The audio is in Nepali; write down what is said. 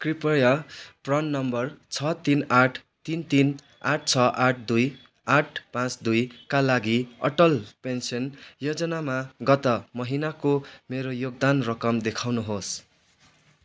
कृपया प्रान नम्बर छ तिन आठ तिन तिन आठ छ आठ दुई आठ पाँच दुइका लागि अटल पेन्सन योजनामा गत महिनाको मेरो योगदान रकम देखाउनु होस्